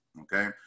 okay